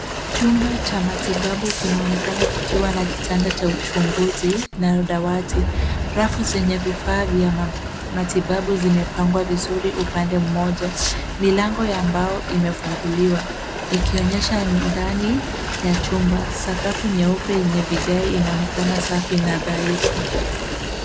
Chumba cha matibabu kimeonekana kikiwa na kitanda cha uchunguzi na dawati. Rafu zenye vifaa vya matibabu zimepangwa vizuri upande mmoja. Milango ya mbao imefunguliwa ikionyesha ndani ya chumba. Sakafu nyeupe yenye vigae inaonekana safi na dhaifu.